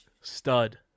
Stud